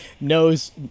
knows